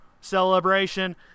celebration